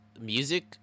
music